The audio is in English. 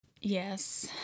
Yes